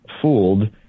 fooled